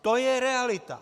To je realita.